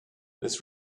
this